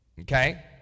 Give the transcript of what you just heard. Okay